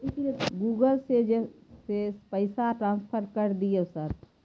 Google से से पैसा ट्रांसफर कर दिय सर?